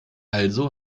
also